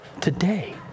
Today